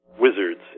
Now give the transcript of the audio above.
wizards